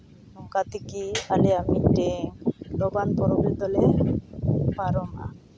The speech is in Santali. ᱱᱚᱝᱠᱟ ᱛᱮᱜᱮ ᱟᱞᱮᱭᱟᱜ ᱢᱤᱫᱴᱤᱱ ᱞᱚᱵᱟᱱ ᱯᱚᱨᱚᱵᱽ ᱫᱚᱞᱮ ᱯᱟᱨᱚᱢᱟ